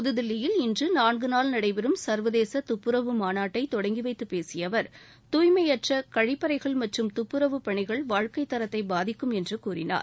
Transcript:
புதுதில்லியில் இன்று நான்கு நாள் நடைபெறும் துப்புரவு மாநாட்டை தொடங்கி வைத்து பேசிய அவர் தூய்மையற்ற கழிப்பறைகள் மற்றும் துப்புரவு பணிகள் மூலம் வாழ்க்கை தரம் பாதிக்கும் என்று கூறினார்